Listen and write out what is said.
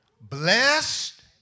Blessed